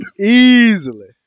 easily